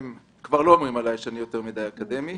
כבר לא אומרים עלי שאני יותר מידי אקדמי.